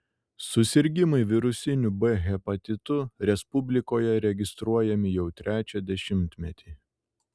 susirgimai virusiniu b hepatitu respublikoje registruojami jau trečią dešimtmetį